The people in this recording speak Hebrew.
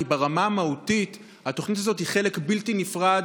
כי ברמה המהותית התוכנית הזו היא חלק בלתי נפרד